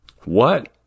What